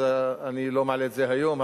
אז אני לא מעלה את זה היום,